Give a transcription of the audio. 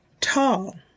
tall